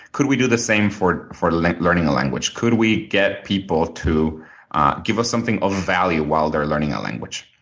could we do the same for for like learning a language? could we get people to give us something of value while they're learning a language?